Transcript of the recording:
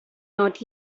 not